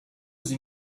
sie